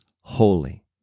holy